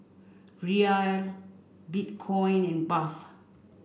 Riyal Bitcoin and Baht